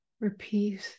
repeat